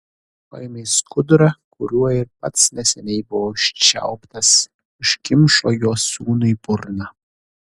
paėmė skudurą kuriuo ir pats neseniai buvo užčiauptas užkimšo juo sūnui burną